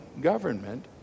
government